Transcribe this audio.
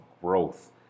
growth